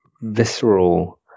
visceral